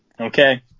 Okay